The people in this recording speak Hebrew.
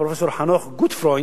פרופסור חנוך גוטפרוינד,